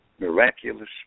miraculous